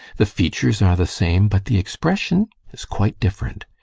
the features are the same, but the expression is quite different.